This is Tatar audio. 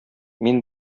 мин